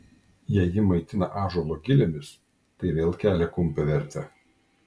jei ji maitinta ąžuolo gilėmis tai vėl kelia kumpio vertę